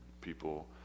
People